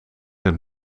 het